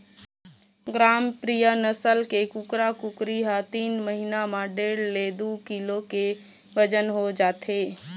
ग्रामप्रिया नसल के कुकरा कुकरी ह तीन महिना म डेढ़ ले दू किलो के बजन हो जाथे